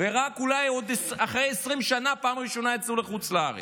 ורק אולי אחרי 20 שנה פעם ראשונה יצאו לחוץ לארץ.